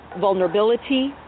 vulnerability